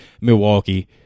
Milwaukee